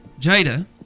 Jada